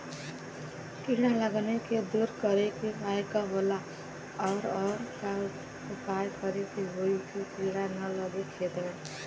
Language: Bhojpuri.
कीड़ा लगले के दूर करे के उपाय का होला और और का उपाय करें कि होयी की कीड़ा न लगे खेत मे?